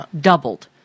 doubled